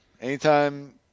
anytime